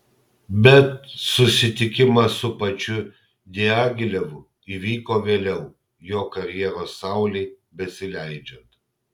bet susitikimas su pačiu diagilevu įvyko vėliau jo karjeros saulei besileidžiant